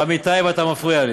נו, אז אם אני ראשון על